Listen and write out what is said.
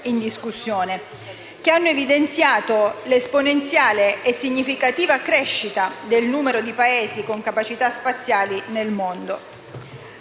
in discussione, che hanno evidenziato l'esponenziale e significativa crescita del numero di Paesi con capacità spaziali nel mondo.